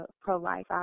pro-life